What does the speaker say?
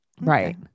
right